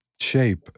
shape